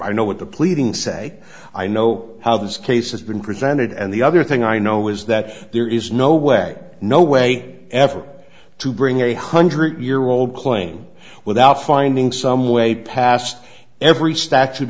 don't know what the pleading say i know how this case has been presented and the other thing i know is that there is no way no way ever to bring a hundred year old claim without finding some way past every statute